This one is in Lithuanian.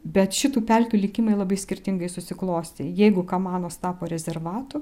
bet šitų pelkių likimai labai skirtingai susiklostė jeigu kamanos tapo rezervatu